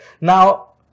Now